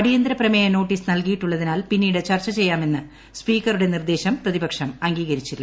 അടിയന്തര പ്രമേയ നോട്ടീസ് നൽകിയിട്ടുള്ളതിനാൽ പിന്നീട് ചർച്ച ചെയ്യാമെന്ന് സ്പീക്കറുടെ നിർദ്ദേശം പ്രതിപക്ഷം അംഗീകരിച്ചില്ല